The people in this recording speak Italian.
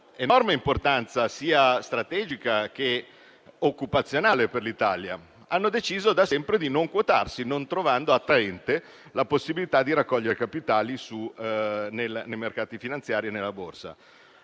enorme importanza sia strategica sia occupazionale per l'Italia, che hanno deciso da sempre di non quotarsi, non trovando attraente la possibilità di raccogliere capitali nei mercati finanziari e nella Borsa.